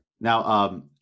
Now